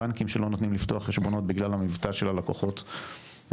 בנקים שלא נותנים לפתוח חשבונות בגלל המבטא של הלקוחות הפוטנציאליים.